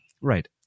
right